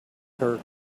her